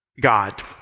God